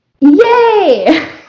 Yay